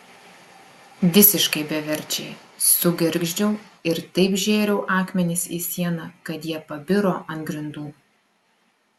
visiškai beverčiai sugergždžiau ir taip žėriau akmenis į sieną kad jie pabiro ant grindų